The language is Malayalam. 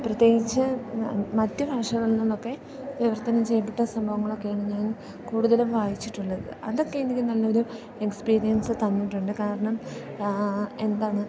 പ്രത്യേകിച്ച് മറ്റ് ഭാഷകളിൽ നിന്നൊക്കെ വിവർത്തനം ചെയ്യപ്പെട്ട സംഭവങ്ങളൊക്കെയാണ് ഞാൻ കൂടുതലും വായിച്ചിട്ടുള്ളത് അതൊക്കെ എനിക്ക് നല്ലൊരു എക്സ്പീരിയൻസ് തന്നിട്ടുണ്ട് കാരണം എന്താണ്